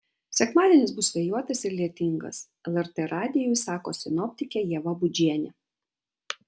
sekmadienis bus vėjuotas ir lietingas lrt radijui sako sinoptikė ieva budžienė